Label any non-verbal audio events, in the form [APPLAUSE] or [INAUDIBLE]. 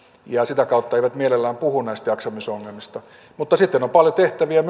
ja sitä kautta eivät mielellään puhu näistä jaksamisongelmista mutta sitten on myös paljon tehtäviä [UNINTELLIGIBLE]